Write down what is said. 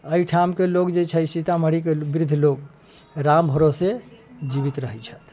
एहिठामके लोक जे छै सीतामढ़ीके वृद्ध लोक राम भरोसे जीवित रहै छथि